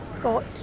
got